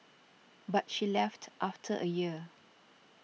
but she left after a year